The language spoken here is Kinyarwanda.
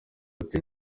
ati